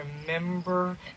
remember